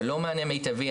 זה לא מענה מיטבי,